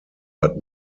but